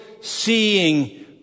seeing